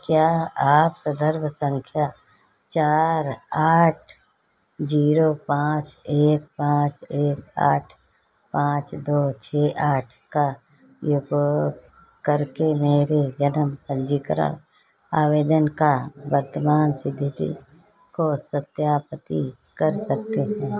क्या आप संदर्भ संख्या चार आठ जीरो पाँच एक पाँच एक आठ पाँच दो छः आठ का उपयोग करके मेरे जन्म पंजीकरण आवेदन का वर्तमान स्थिति को सत्यापित कर सकते हैं